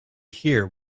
hear